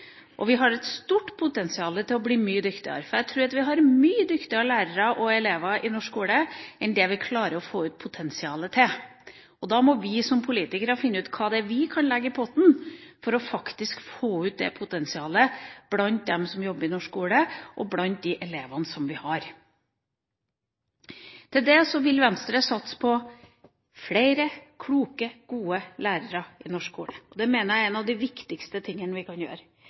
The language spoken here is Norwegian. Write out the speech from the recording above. og vi har et stort potensial til å bli mye dyktigere. Vi har mange dyktige lærere og elever i norsk skole – og som vi må klare å få ut potensialet til. Da må vi som politikere finne ut hva vi kan legge i potten for faktisk å få ut potensialet blant dem som jobber i norsk skole, og blant de elevene vi har. Derfor vil Venstre satse på flere kloke, gode lærere i norsk skole. Det mener jeg er en av de viktigste tingene vi kan gjøre.